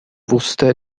wusste